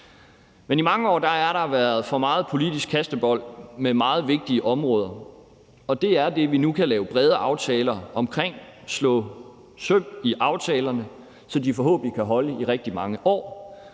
I mange år har der været for meget politisk kastebold med meget vigtige områder, og det er det, vi nu kan lave brede aftaler om og slå søm i aftalerne, så de forhåbentlig kan holde i rigtig mange år.